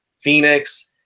Phoenix